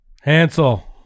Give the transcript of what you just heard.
Hansel